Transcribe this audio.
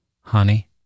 Honey